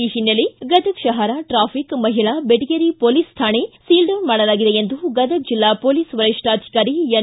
ಈ ಹಿನ್ನೆಲೆ ಗದಗ ಶಪರ ಟ್ರಾಫಿಕ್ ಮಹಿಳಾ ಬೆಟಗೇರಿ ಪೊಲೀಸ್ ಠಾಣೆ ಸೀಲ್ ಡೌನ್ ಮಾಡಲಾಗಿದೆ ಎಂದು ಗದಗ ಜಿಲ್ಲಾ ಪೋಲಿಸ್ ವರಿಷ್ಠಾಧಿಕಾರಿ ಎನ್